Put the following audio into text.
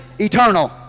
eternal